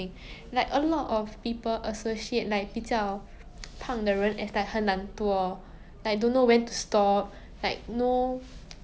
mm ya ya ya